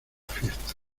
fiesta